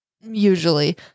Usually